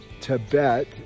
Tibet